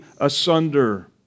asunder